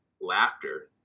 laughter